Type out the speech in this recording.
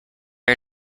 are